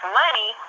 money